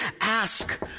Ask